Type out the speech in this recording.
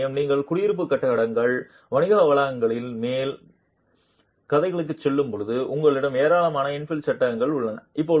அதேசமயம் நீங்கள் குடியிருப்பு கட்டிடங்கள் வணிக வளாகங்களின் மேல் கதைகளுக்குச் செல்லும்போது உங்களிடம் ஏராளமான இன்ஃபில் சட்டங்கள் உள்ளன